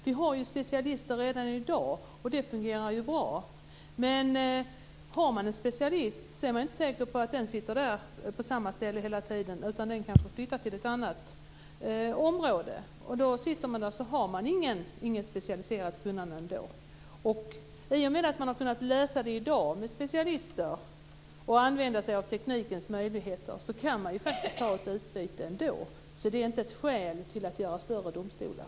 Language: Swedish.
Vi har redan i dag specialister, och det fungerar bra, men man är ju inte säker på att en specialist som man har sitter kvar på samma ställe hela tiden. Kanske flyttar vederbörande till ett annat område, och då har man ändå inte något specialiserat kunnande. Man har i dag kunnat klara tillgången till specialister med användande av tekniska möjligheter. På det sättet kan man få ett utbyte ändå. Det är alltså inte ett skäl till att inrätta större domstolar.